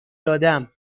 دادم